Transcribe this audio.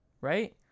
Right